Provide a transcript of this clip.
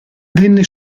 venne